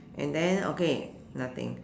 and then okay nothing